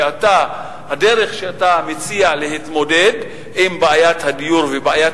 כשהדרך שאתה מציע להתמודד עם בעיית הדיור ובעיית